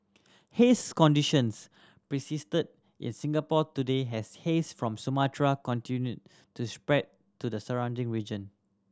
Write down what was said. haze conditions persisted in Singapore today as haze from Sumatra continued to spread to the surrounding region